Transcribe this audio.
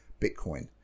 Bitcoin